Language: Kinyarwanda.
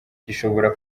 gishobora